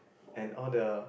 and all the